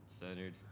centered